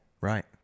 Right